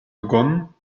begonnen